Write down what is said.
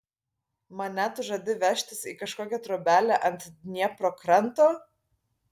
mane tu žadi vežtis į kažkokią trobelę ant dniepro kranto